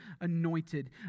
anointed